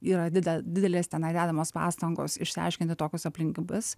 yra dide didelės tenai dedamos pastangos išsiaiškinti tokius aplinkybes